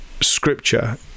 Scripture